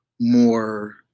more